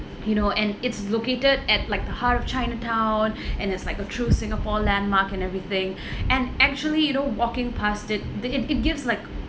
you know and it's located at like the heart of chinatown and it's like a true singapore landmark and everything and actually you know walking past it it it gives like